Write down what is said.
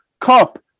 Cup